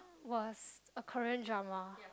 was a Korean drama